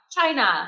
China